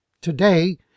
Today